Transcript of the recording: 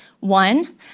One